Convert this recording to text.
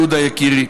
יהודה יקירי,